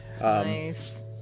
Nice